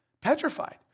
petrified